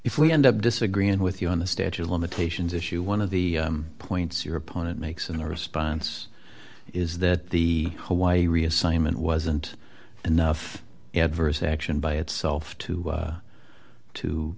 if we end up disagreeing with you on the statute of limitations issue one of the points your opponent makes in response is that the hawaii reassignment wasn't enough adverse action by itself to